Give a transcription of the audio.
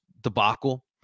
debacle